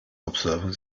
observing